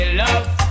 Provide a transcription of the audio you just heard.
love